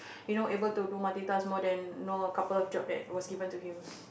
you know able to do multitask more than you know a couple of job that was given to him